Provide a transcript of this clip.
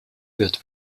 wird